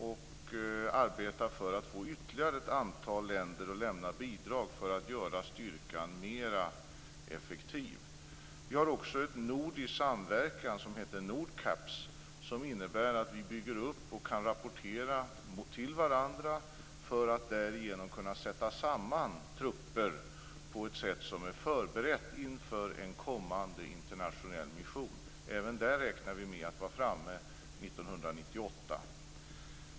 FN arbetar för att få ytterligare ett antal länder att lämna bidrag för att göra styrkan mer effektiv. Vi har också en nordisk samverkan som heter Nordcaps. Den innebär att vi bygger upp ett system och kan rapportera till varandra för att kunna sätta samman trupper på ett sätt som är förberett inför en kommande internationell mission. Även där räknar vi med att vara framme 1998.